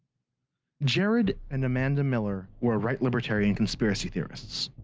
jerad and amanda miller were right libertarian conspiracy theorists.